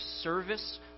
service